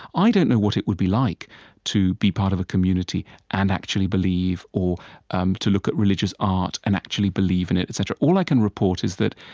i don't know what it would be like to be part of a community and actually believe or um to look at religious art and actually believe in it, et cetera. all i can report is that,